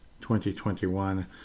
2021